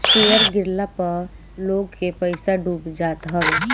share गिरला पअ लोग के पईसा डूब जात हवे